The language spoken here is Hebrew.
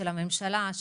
של הממשלה,